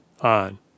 on